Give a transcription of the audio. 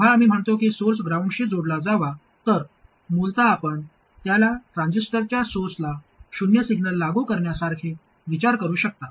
जेव्हा आम्ही म्हणतो की सोर्स ग्राउंडशी जोडला जावा तर मूलतः आपण त्याला ट्रान्झिस्टरच्या सोर्सला शून्य सिग्नल लागू करण्यासारखे विचार करू शकता